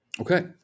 Okay